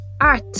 art